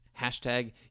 hashtag